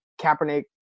Kaepernick